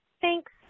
Thanks